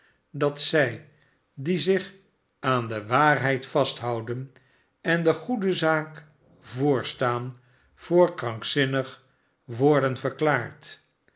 dat zij die zich aan de waarheid vasthouden en de goede zaak voorstaan voor krankinnig worden verklaard